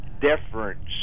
difference